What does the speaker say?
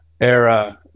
era